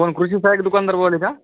कोण कृषि सहाय्यक दुकानदारवाले का